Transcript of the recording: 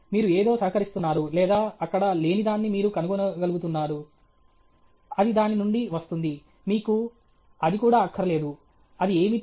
మీరు ఏదో సహకరిస్తున్నారు లేదా అక్కడ లేనిదాన్ని మీరు కనుగొనగలుగుతారు అది దాని నుండి వస్తుంది మీకు అది కూడా అక్కరలేదు అది ఏమిటి